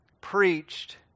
preached